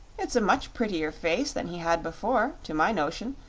it's a much prettier face than he had before, to my notion,